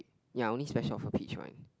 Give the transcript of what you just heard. ya only special of the peach one